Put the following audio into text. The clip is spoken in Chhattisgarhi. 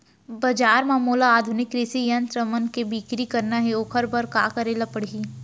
बजार म मोला आधुनिक कृषि यंत्र मन के बिक्री करना हे ओखर बर का करे ल पड़ही?